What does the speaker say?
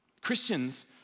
Christians